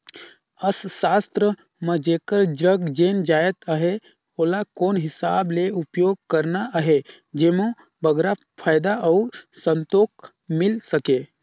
अर्थसास्त्र म जेकर जग जेन जाएत अहे ओला कोन हिसाब ले उपयोग करना अहे जेम्हो बगरा फयदा अउ संतोक मिल सके